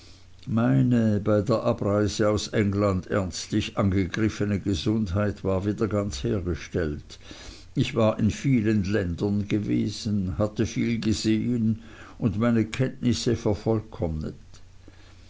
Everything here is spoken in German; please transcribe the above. meine bei der abreise aus england ernstlich angegriffene gesundheit war wieder ganz hergestellt ich war in vielen ländern gewesen hatte viel gesehen und meine kenntnisse vervollkommnet